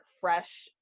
fresh